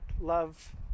Love